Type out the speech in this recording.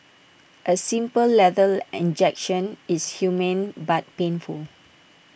A simple lethal injection is humane but painful